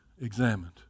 examined